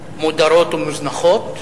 מודרות ומוזנחות,